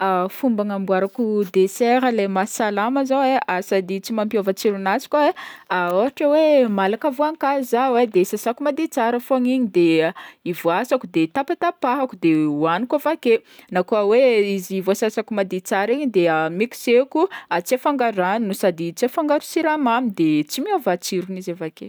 Fomba hanamboarako dessert le mahasalama zao e, sady tsy mampiova tsiron'azy koa e, ôhatra hoe malaka voankazo zaho de sasako madio tsara fogna igny de ivoasako de tapatapahako de hoagniko avy ake, na koa hoe izy voasasako madio tsara igny de mixeko de tsy afangaro rano, sady tsy afangaro siramamy de tsy miova tsirony i avake.